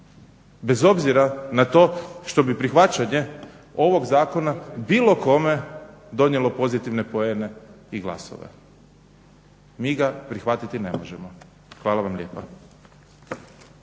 bez obzira na to što bi prihvaćanje ovog zakona bilo kome donijelo pozitivne poene i glasove. Mi ga prihvatiti ne možemo. Hvala vam lijepa.